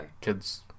kids